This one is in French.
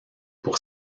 pour